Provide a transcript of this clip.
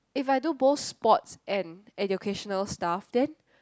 if I don't bore sports an educational stuff then